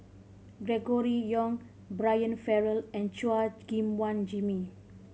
Gregory Yong Brian Farrell and Chua Gim Guan Jimmy